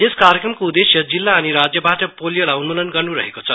यस कार्यक्रमको उद्वेश्य जिल्ला अनि राज्यबाट पोलियोलाई उन्मूलन गर्नु रहेको छ